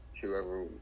whoever